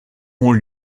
ont